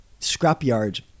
scrapyard